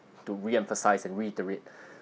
two re-emphasise and reiterate